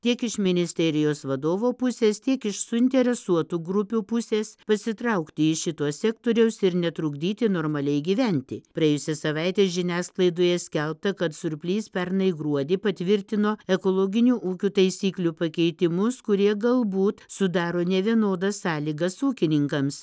tiek iš ministerijos vadovo pusės tiek iš suinteresuotų grupių pusės pasitraukti iš šito sektoriaus ir netrukdyti normaliai gyventi praėjusią savaitę žiniasklaidoje skelbta kad surplys pernai gruodį patvirtino ekologinių ūkių taisyklių pakeitimus kurie galbūt sudaro nevienodas sąlygas ūkininkams